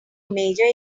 major